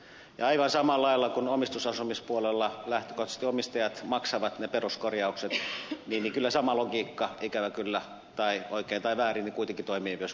ja aivan samalla lailla kuin omistusasumispuolella lähtökohtaisesti omistajat maksavat ne peruskorjaukset niin kyllä sama logiikka ikävä kyllä tai oikein tai väärin kuitenkin toimii myös vuokra asumisen puolella